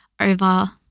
over